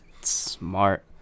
Smart